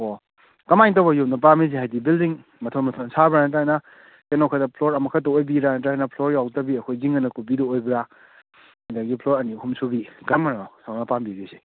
ꯑꯣ ꯀꯃꯥꯏꯅ ꯇꯧꯕ ꯌꯨꯝꯅꯣ ꯄꯥꯝꯃꯤꯁꯦ ꯍꯥꯏꯗꯤ ꯕꯤꯜꯗꯤꯡ ꯃꯊꯣꯟ ꯃꯊꯣꯟ ꯁꯥꯕꯔꯥ ꯅꯠꯇ꯭ꯔꯒꯅ ꯀꯩꯅꯣ ꯑꯩꯈꯣꯏꯒꯤ ꯐ꯭ꯂꯣꯔ ꯑꯃꯈꯇꯪ ꯑꯣꯏꯕꯤꯔꯥ ꯅꯠꯇ꯭ꯔꯒꯅ ꯐ꯭ꯂꯣꯔ ꯌꯥꯎꯗꯕꯤ ꯑꯩꯈꯣꯏ ꯖꯤꯡꯒꯅ ꯀꯨꯞꯄꯤꯗꯣ ꯑꯣꯏꯕ꯭ꯔꯥ ꯑꯗꯒꯤ ꯐ꯭ꯂꯣꯔ ꯑꯅꯤ ꯑꯍꯨꯝ ꯁꯨꯕꯤ ꯀꯔꯝꯕꯅꯣ ꯁꯣꯝꯅ ꯄꯥꯝꯕꯤꯔꯤꯁꯤ